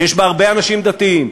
שיש בה הרבה אנשים דתיים,